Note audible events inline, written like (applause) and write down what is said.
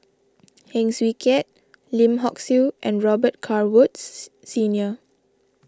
Heng Swee Keat Lim Hock Siew and Robet Carr Woods (noise) Senior